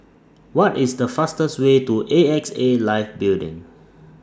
What IS The fastest Way to A X A Life Building